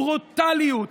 ברוטליות,